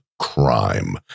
crime